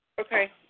Okay